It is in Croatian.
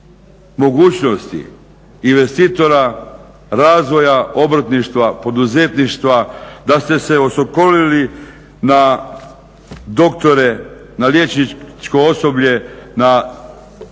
mogućnosti investitora, razvoja obrtništva, poduzetništva da ste se osokolili na doktore, na liječničko osoblje, na medicinske